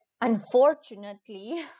Unfortunately